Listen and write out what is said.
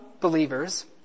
believers